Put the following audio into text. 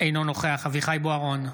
אינו נוכח אביחי אברהם בוארון,